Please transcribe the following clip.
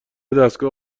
دستگاه